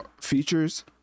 features